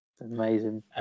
amazing